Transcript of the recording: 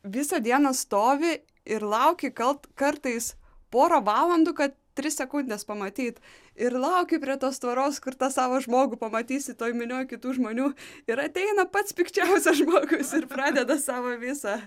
visą dieną stovi ir lauki gal kalt kartais porą valandų kad tris sekundes pamatyt ir lauki prie tos tvoros kur tą savo žmogų pamatysi toj minioj kitų žmonių ir ateina pats pikčiausias žmogus pradeda savo visą